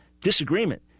disagreement